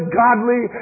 godly